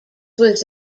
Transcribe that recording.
was